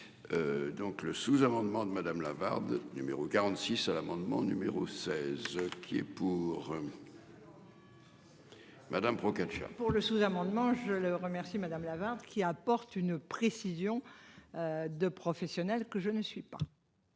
Donc le sous-amendement de madame Lavarde numéro 46. L'amendement numéro 16 qui est pour. Madame Procaccia pour le sous-amendement chaleur. Remercie madame Lavarde qui apporte une précision. De professionnels que je ne suis pas.